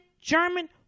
German